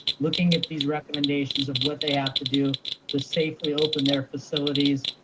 looking at these recommendations of what they have to do to safely open their facilities.